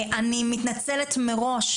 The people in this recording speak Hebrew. אני מתנצלת מראש,